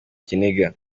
ikiniga